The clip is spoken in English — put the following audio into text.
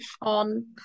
on